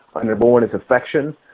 number one is affection.